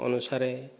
ଅନୁସାରେ